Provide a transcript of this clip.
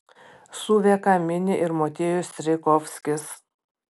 suvieką mini ir motiejus strijkovskis